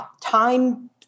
time